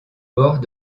bord